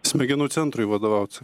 smegenų centrui vadovauti